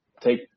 take